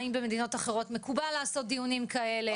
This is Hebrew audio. האם במדינות אחרות מקובל לעשות דיונים כאלה.